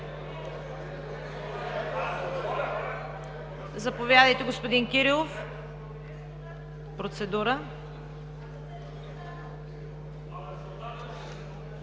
Заповядайте, господин Кирилов – процедура.